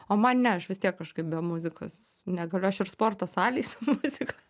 o man ne aš vis tiek kažkaip be muzikos negaliu aš ir sporto salėj su muzika